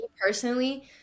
personally